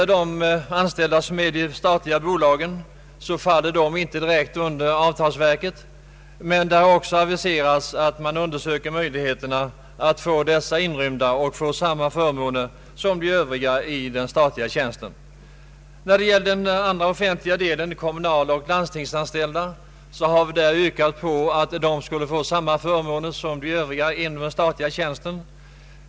De anställda vid de statliga bolagen faller inte direkt under avtalsverket, men det har också aviserats att man undersöker möjligheterna att få med även dem, så att de får samma förmåner som Övriga i statlig tjänst. När det gäller den andra offentliga delen, kommunaloch landstingsanställda, har vi yrkat att de skulle få samma förmåner som finns inom den statliga verksamheten.